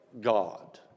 God